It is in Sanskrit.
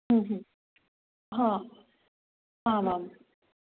हा आमां